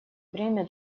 время